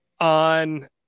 on